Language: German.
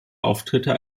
auftritte